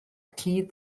cyd